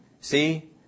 See